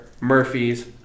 Murphy's